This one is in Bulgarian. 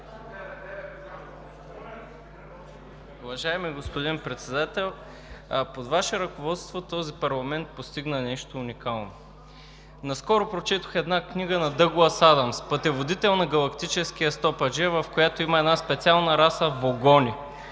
Уважаеми господин Председател, под Ваше ръководство този парламент постигна нещо уникално. Наскоро прочетох една книга на Дъглас Адамс – „Пътеводител на галактическия стопаджия“ – в която има една специална раса „вогони“.